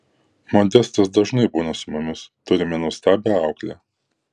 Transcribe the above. modestas dažnai būna su mumis turime nuostabią auklę